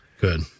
Good